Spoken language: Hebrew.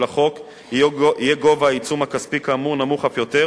החוק יהיה גובה העיצום הכספי כאמור נמוך אף יותר,